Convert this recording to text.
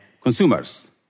consumers